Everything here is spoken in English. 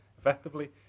Effectively